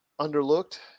underlooked